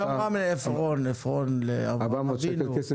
עפרון אמר לאברהם אבינו קרקע